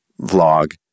vlog